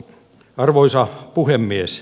arvoisa puhemies